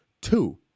Two